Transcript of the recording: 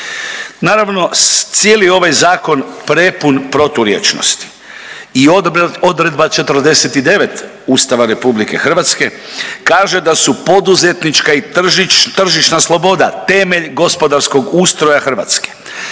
Naravno cijeli ovaj Zakon prepun proturječnosti i odredba 49. Ustava Republike Hrvatske kaže da su poduzetnička i tržišna sloboda temelj gospodarskog ustroja Hrvatske.